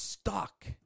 stuck